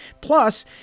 plus